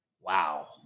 Wow